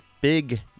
big